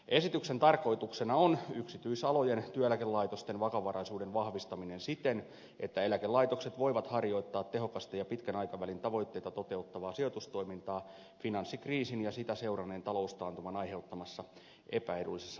esityksen tarkoituksena on yksityisalojen työeläkelaitosten vakavaraisuuden vahvistaminen siten että eläkelaitokset voivat harjoittaa tehokasta ja pitkän aikavälin tavoitteita toteuttavaa sijoitustoimintaa finanssikriisin ja sitä seuranneen taloustaantuman aiheuttamassa epäedullisessa markkinatilanteessa